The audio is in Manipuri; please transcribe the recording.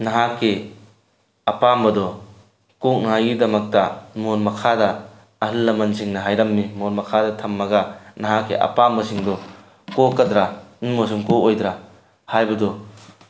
ꯅꯍꯥꯛꯀꯤ ꯑꯄꯥꯝꯕꯗꯣ ꯀꯣꯛꯅꯉꯥꯏꯒꯤꯗꯃꯛꯇ ꯃꯣꯟ ꯃꯈꯥꯗ ꯑꯍꯜ ꯂꯃꯟꯁꯤꯡꯅ ꯍꯥꯏꯔꯝꯃꯤ ꯃꯣꯟ ꯃꯈꯥꯗ ꯊꯝꯃꯒ ꯅꯍꯥꯛꯀꯤ ꯑꯄꯥꯝꯕꯁꯤꯡꯗꯨ ꯀꯣꯛꯀꯗ꯭ꯔꯥ ꯑꯃꯁꯨꯡ ꯀꯣꯛꯑꯣꯏꯗ꯭ꯔꯥ ꯍꯥꯏꯕꯗꯨ